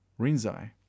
Rinzai